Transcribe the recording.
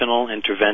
intervention